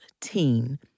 teen